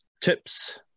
tips